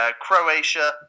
Croatia